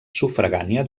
sufragània